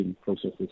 processes